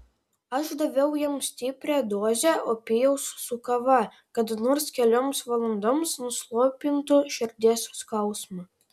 aš daviau jam stiprią dozę opijaus su kava kad nors kelioms valandoms nuslopintų širdies skausmą